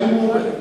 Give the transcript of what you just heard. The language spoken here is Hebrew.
מי ביקש?